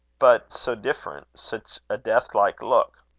but so different such a death-like look!